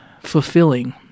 fulfilling